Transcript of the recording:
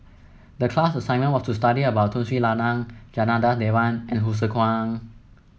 the class assignment was to study about Tun Sri Lanang Janada Devans and Hsu Tse Kwang